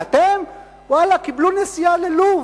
ואתם, ואללה, קיבלו נסיעה ללוב.